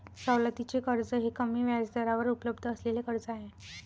सवलतीचे कर्ज हे कमी व्याजदरावर उपलब्ध असलेले कर्ज आहे